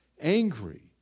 Angry